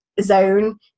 zone